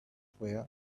where